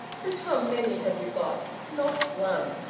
and how many have you got? not one.